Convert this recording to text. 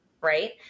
right